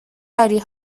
داری